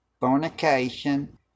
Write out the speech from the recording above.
fornication